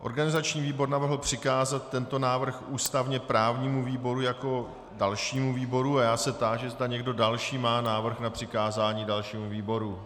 Organizační výbor navrhl přikázat tento návrh ústavněprávnímu výboru jako dalšímu výboru a já se táži, zda někdo další má návrh na přikázání dalšímu výboru.